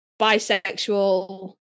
bisexual